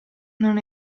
non